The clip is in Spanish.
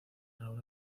raúl